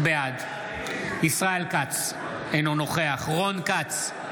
בעד ישראל כץ, אינו נוכח רון כץ,